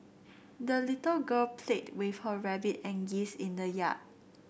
the little girl played with her rabbit and geese in the yard